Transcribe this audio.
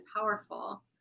powerful